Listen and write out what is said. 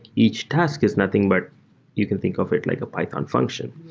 each task is nothing, but you can think of it like a python function.